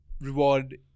reward